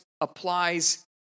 applies